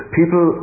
people